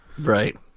right